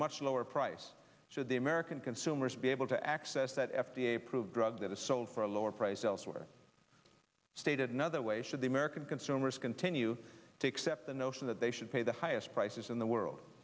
much lower price should the american consumers be able to access that f d a approved drug that is sold for a lower price elsewhere stated another way should the american consumers continue to accept the notion that they should pay the highest crisis in the world